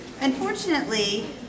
Unfortunately